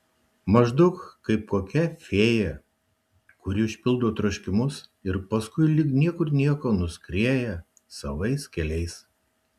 maždaug kaip kokia fėja kuri išpildo troškimus ir paskui lyg niekur nieko nuskrieja savais keliais